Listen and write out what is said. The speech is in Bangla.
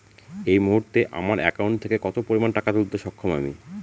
এই মুহূর্তে আমার একাউন্ট থেকে কত পরিমান টাকা তুলতে সক্ষম আমি?